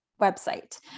website